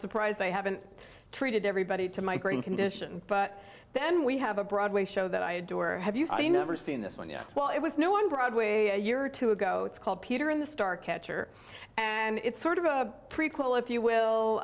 surprised they haven't treated everybody to migraine condition but then we have a broadway show that i adore or have you never seen this one yet well it was no one broadway a year or two ago it's called peter in the star catcher and it's sort of a prequel if you will